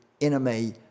enemy